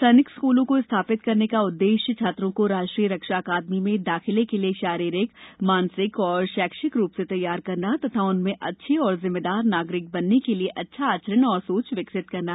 सैनिक स्कूलों को स्थापित करने का उद्देश्य छात्रों को राष्ट्रीय रक्षा अकादमी में दाखिले के लिए शारीरिक मानसिक और शैक्षिक रूप से तैयार करना तथा उनमें अच्छे और जिम्मेदार नागरिक बनने के लिए अच्छा आचरण और सोच विकसित करना है